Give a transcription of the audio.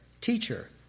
Teacher